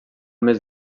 més